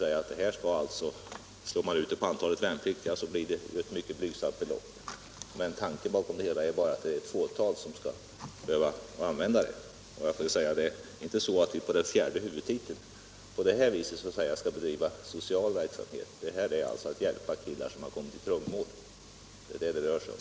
Slår man ut summan på antalet värnpliktiga blir det mycket blygsamma belopp, men tanken bakom det hela är att det bara är ett fåtal som skall behöva använda de här pengarna. Det är inte så att vi under fjärde huvudtiteln skall bedriva social verksamhet. De här pengarna är avsedda för att hjälpa pojkar som kommit i trångmål — det är det som det rör sig om.